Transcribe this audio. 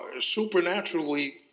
supernaturally